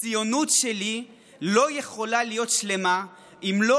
הציונות שלי לא יכולה להיות שלמה אם לא